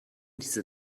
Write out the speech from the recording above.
diese